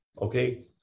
Okay